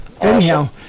anyhow